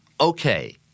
okay